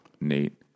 Nate